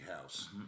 House